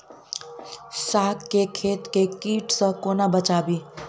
साग केँ खेत केँ कीट सऽ कोना बचाबी?